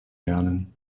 lernen